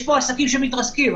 יש פה עסקים שמתרסקים.